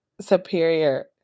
superior